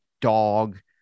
dog